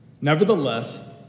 Nevertheless